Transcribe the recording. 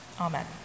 amen